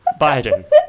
Biden